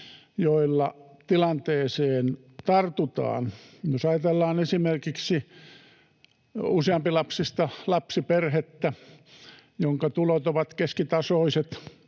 joilla tilanteeseen tartutaan. Jos ajatellaan esimerkiksi useampilapsista lapsiperhettä, jonka tulot ovat keskitasoiset